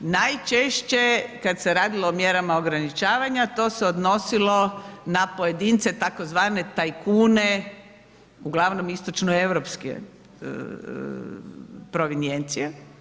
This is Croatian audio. Najčešće kada se radilo o mjerama ograničavanja to se odnosilo na pojedince tzv. tajkune uglavnom istočnoeuropske provincijencije.